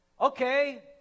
Okay